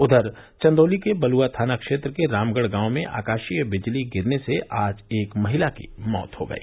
उधर चंदौली के बलुआ थाना क्षेत्र के रामगढ़ गांव में आकाशीय बिजली गिरने से आज एक महिला की मौत हो गई